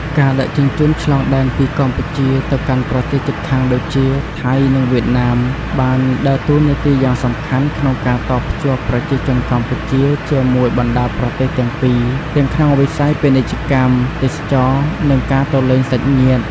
ការដឹកជញ្ជូនឆ្លងដែនពីកម្ពុជាទៅកាន់ប្រទេសជិតខាងដូចជាថៃ និងវៀតណាមបានដើរតួនាទីយ៉ាងសំខាន់ក្នុងការតភ្ជាប់ប្រជាជនកម្ពុជាជាមួយបណ្តាប្រទេសទាំងពីរទាំងក្នុងវិស័យពាណិជ្ជកម្ម ទេសចរណ៍ និងការទៅលេងសាច់ញាតិ។